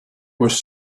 was